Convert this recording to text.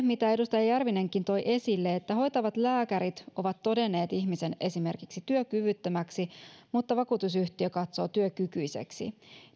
mitä edustaja järvinenkin toi esille että hoitavat lääkärit ovat todenneet ihmisen esimerkiksi työkyvyttömäksi mutta vakuutusyhtiö katsoo työkykyiseksi